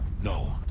no.